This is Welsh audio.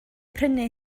prynu